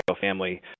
family